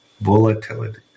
volatility